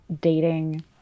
dating